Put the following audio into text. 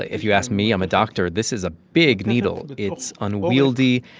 if you ask me i'm a doctor this is a big needle. it's unwieldy.